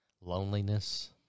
loneliness